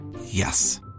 Yes